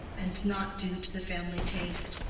and not due to the family taste.